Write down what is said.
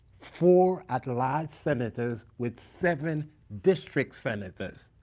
four at-large senators with seven district senators.